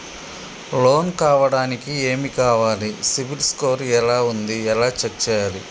Loan కావడానికి ఏమి కావాలి సిబిల్ స్కోర్ ఎలా ఉంది ఎలా చెక్ చేయాలి?